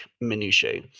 minutiae